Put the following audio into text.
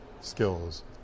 skills